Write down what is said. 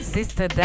Sister